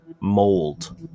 mold